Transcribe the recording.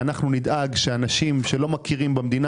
אנחנו נדאג שאנשים שלא מכירים במדינה